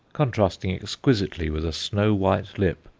contrasting exquisitely with a snow-white lip,